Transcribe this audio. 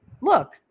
look